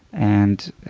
and